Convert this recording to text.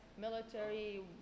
Military